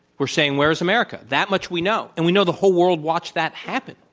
were saying where is america? that much we know. and we know the whole world watched that happen,